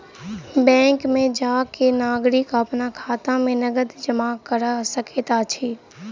bank में जा के नागरिक अपन खाता में नकद जमा करा सकैत अछि